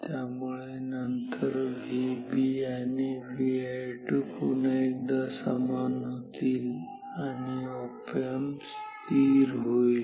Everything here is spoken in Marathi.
त्यामुळे नंतर VB आणि Vi2 पुन्हा एकदा समान होतील आणि ऑप एम्प स्थिर होईल